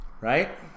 right